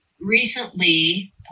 Recently